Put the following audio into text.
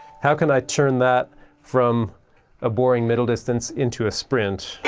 how can i turn that from a boring middle distance into a sprint?